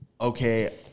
okay